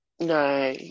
no